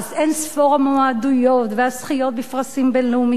אין-ספור מועמדויות, וזכיות בפרסים בין-לאומיים,